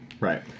Right